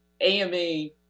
AME